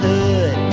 Hood